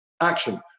action